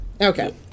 Okay